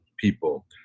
people